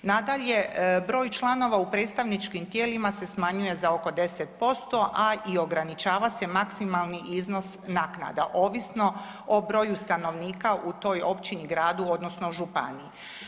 Nadalje, broj članova u predstavničkim tijelima se smanjuje za oko 10%, a i ograničava se maksimalni iznos naknada, ovisno o broju stanovnika u toj općini, gradu, odnosno županiji.